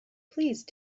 please